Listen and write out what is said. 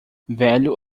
velho